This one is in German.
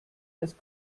als